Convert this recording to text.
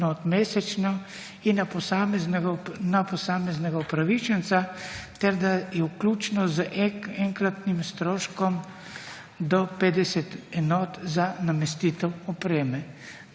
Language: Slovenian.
mesečno in na posameznega opravičenca ter da je vključno z enkratnim stroškom do 50 enot za namestitev opreme.